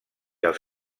els